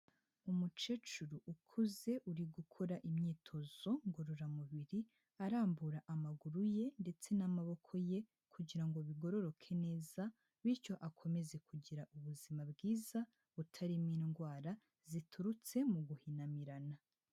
Umukecuru ukuze uri gukora imyitozo ngororamubiri arambura amaguru ye ndetse n'amaboko ye kugira ngo bigororoke neza, bityo akomeze kugira ubuzima bwiza butarimo indwara ziturutse mu guhinamirana.